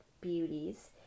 beauties